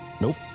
nope